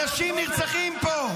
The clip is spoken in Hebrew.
אנשים נרצחים פה,